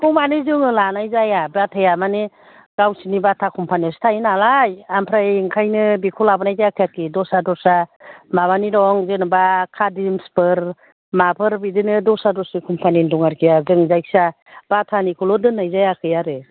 बेखौ माने जोङो लानाय जाया बाटाया माने गावसिनि बाटा कम्पानियावसो थायो नालाय ओमफ्राय ओंखायनो बेखौ लाबोनाय जायाखै आरोखि दस्रा दस्रा माबानि दं जेन'बा खादिम्सफोर माफोर बिदिनो दस्रा दस्रि कम्पानिनि दं आरोखि जों जायखिजाया बाटानिखौल' दोननाय जायाखै आरो